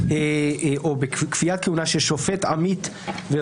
עכשיו יש מינוי של שופט עמית.